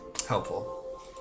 Helpful